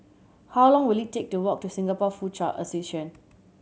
how long will it take to walk to Singapore Foochow Association